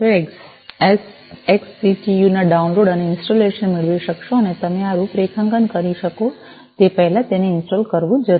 આ લિંક પરથી તમે આ સોફ્ટવેર એક્સસિટિયું ના ડાઉનલોડ અને ઇન્સ્ટોલેશન મેળવી શકશો અને તમે આ રૂપરેખાંકન કરી શકો તે પહેલાં જ તેને ઇન્સ્ટોલ કરવું જરૂરી છે